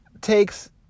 takes